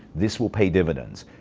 this will pay dividends.